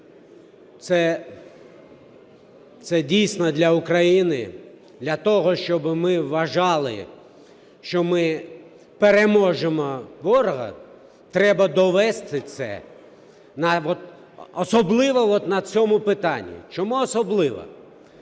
це дійсно для України, для того, щоби ми вважали, що ми переможемо ворога, треба довести це, особливо от на цьому питанні. Чому особливо?